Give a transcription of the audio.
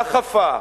דחפה,